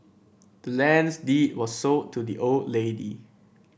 the land's deed was sold to the old lady